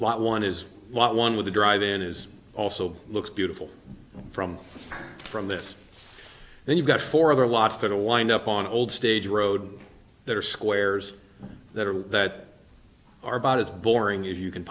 lot one is lot one with the drive in is also looks beautiful from from this and you've got four other was going to wind up on old stage road that are squares that are that are about as boring as you can